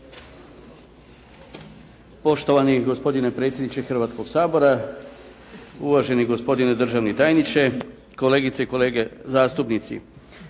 Poštovani gospodine predsjedniče Hrvatskog sabora, uvaženi gospodine državni tajniče, kolegice i kolege zastupnici.